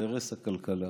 והרס הכלכלה,